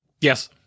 Yes